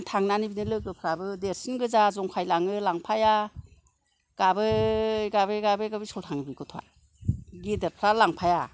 थांनानै बिदिनो लोगोफ्राबो देरसिन गोजा जंखायलाङो लांफाया गाबै गाबै गाबै गाबै स्कुलाव थाङोमोन बे गथ'आ गेदेरफ्रा लांफाया